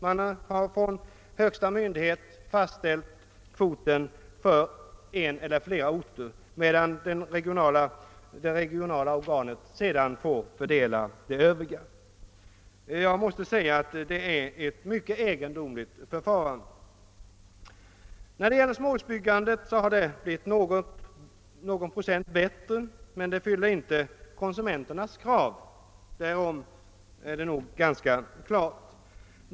Den högsta myndigheten har fastställt kvoten för en eller flera orter, medan det regionala organet sedan får fördela det övriga. Man måste säga att detta är ett mycket egendomligt förfarande. Småhusbyggandet har ökat med någon procent men detta uppfyller inte konsumenternas krav, den saken är nog ganska klar.